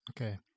Okay